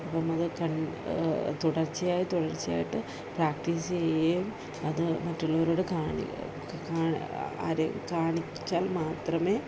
അപ്പോള് അത്തുടർച്ചയായിട്ട് പ്രാക്ടീസെയ്യേയും അതു മറ്റുള്ളവരോട് ആരെയും കാണിച്ചാൽ മാത്രമേ